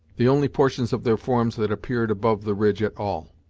the only portions of their forms that appeared above the ridge at all.